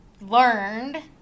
learned